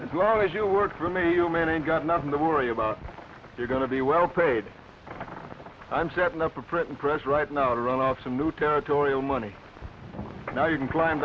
as long as you work through me you man and got nothing to worry about you're going to be well paid i'm setting up a printing press right now to run off some new territorial money now you can climb